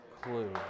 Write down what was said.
clue